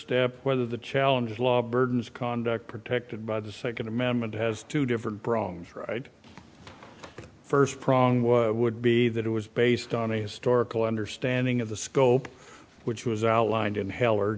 step whether the challenge is law burdens conduct protected by the second amendment has two different braun's right the first prong would be that it was based on a historical understanding of the scope which was outlined in heller